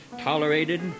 tolerated